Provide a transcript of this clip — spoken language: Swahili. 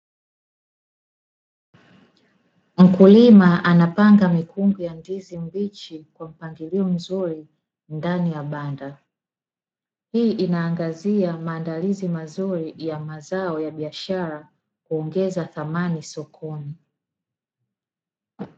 Mkulima anapanga mikungu ya ndizi mbichi kwampangilio mzuri ndani ya banda. Hii inaangazia maandalizi mazuri ya mazao biashara huongeza thamani sokoni.